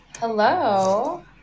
Hello